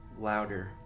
louder